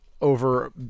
over